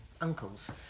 uncles